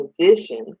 position